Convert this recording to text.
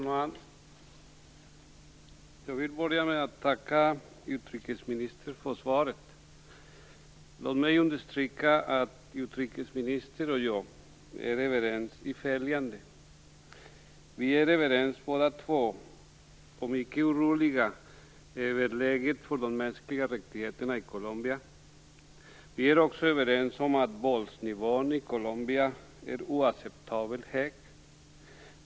Fru talman! Jag vill börja med att tacka utrikesministern för svaret. Låt mig understryka att utrikesministern och jag är överens i följande. Vi är båda två överens om och mycket oroliga över läget för de mänskliga rättigheterna i Colombia. Vi är också överens om att våldsnivån i Colombia är oacceptabelt hög.